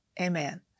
amen